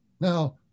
now